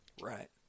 Right